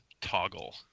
toggle